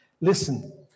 listen